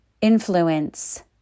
influence